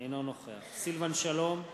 אינו נוכח סילבן שלום,